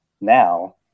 now